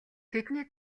тэдний